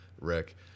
Rick